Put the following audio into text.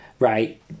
Right